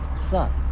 sup?